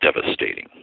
devastating